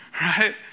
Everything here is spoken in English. Right